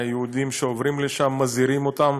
היהודים שעוברים לשם, מזהירים אותם.